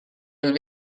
will